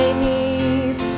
knees